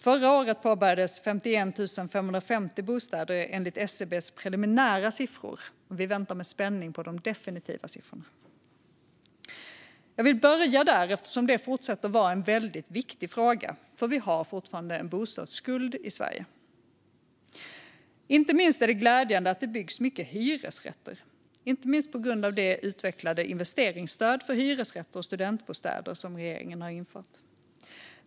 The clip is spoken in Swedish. Förra året påbörjades 51 550 bostäder, enligt SCB:s preliminära siffror. Vi väntar med spänning på de definitiva siffrorna. Jag vill börja där, eftersom det fortsätter att vara en väldigt viktig fråga. Vi har fortfarande en bostadsskuld i Sverige. Något som är glädjande är att det byggs mycket hyresrätter, inte minst på grund av det utvecklade investeringsstöd för hyresrätter och studentbostäder som regeringen infört.